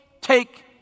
take